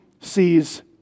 sees